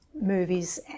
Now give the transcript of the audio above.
movies